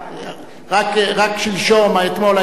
רק שלשום, ואתמול היו שבע ברכות.